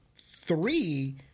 three